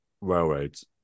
railroads